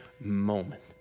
moment